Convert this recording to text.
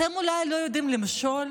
אתם אולי לא יודעים למשול?